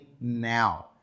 now